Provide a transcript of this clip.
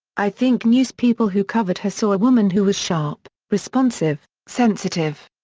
i think newspeople who covered her saw a woman who was sharp, responsive, sensitive.